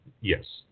Yes